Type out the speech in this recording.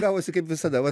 gavosi kaip visada va